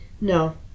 No